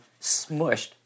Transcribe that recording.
smushed